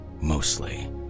Mostly